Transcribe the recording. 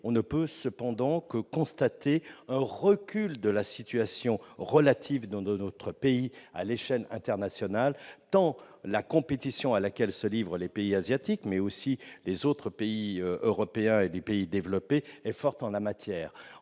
on constate cependant un recul de la situation relative de notre pays à l'échelle internationale tant la compétition à laquelle se livrent les pays asiatiques, mais aussi les autres pays européens et des pays développés, est forte en la matière.